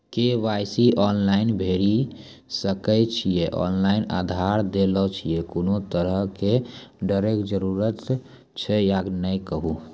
KYC online भैरि सकैत छी, ऑनलाइन आधार देलासॅ कुनू तरहक डरैक जरूरत छै या नै कहू?